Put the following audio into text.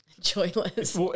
Joyless